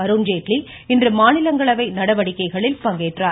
அருண்ஜேட்லி இன்று மாநிலங்களவை நடவடிக்கைகளில் பங்கேற்றார்